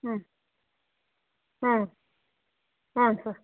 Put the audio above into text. ಹ್ಞೂ ಹಾಂ ಹಾಂ ಸರ್